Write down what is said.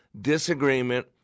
disagreement